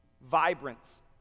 vibrance